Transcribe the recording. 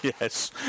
Yes